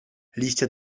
liście